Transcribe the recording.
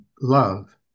love